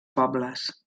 pobles